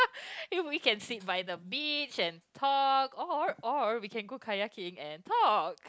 you we can sit by the beach and talk or or we can go kayaking and talk